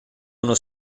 uno